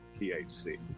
THC